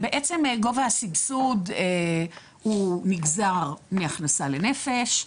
בעצם גובה הסבסוד הוא נגזר מהכנסה לנפש.